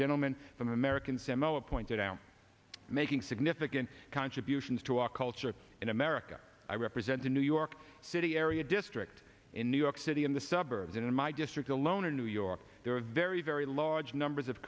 gentleman from american samoa pointed out making significant contributions to our culture in america i represent in new york city area district in new york city in the suburbs in my district alone in new york there are very very large numbers of